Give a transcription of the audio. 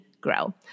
Grow